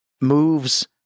moves